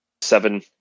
seven